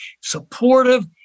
supportive